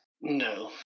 No